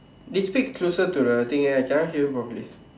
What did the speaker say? dey speak closer to the thing eh I cannot hear you properly